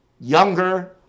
younger